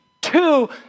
Two